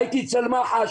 הייתי אצל מח"ש,